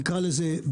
נקרא לזה,